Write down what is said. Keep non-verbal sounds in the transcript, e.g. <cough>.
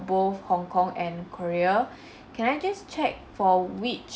both hong kong and korea <breath> can I just check for which